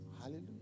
Hallelujah